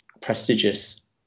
prestigious